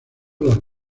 las